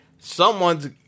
someone's